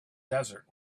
desert